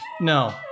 No